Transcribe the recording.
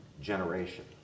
generation